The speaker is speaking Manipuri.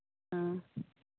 ꯑꯥ